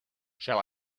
shall